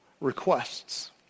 requests